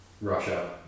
Russia